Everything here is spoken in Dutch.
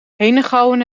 henegouwen